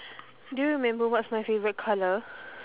do you remember what's my favorite colour